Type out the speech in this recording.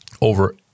over